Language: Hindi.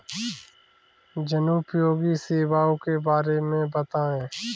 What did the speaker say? जनोपयोगी सेवाओं के बारे में बताएँ?